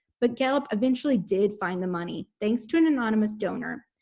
but gallup eventually did find the money thanks to an anonymous donor,